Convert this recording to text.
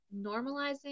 normalizing